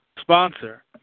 sponsor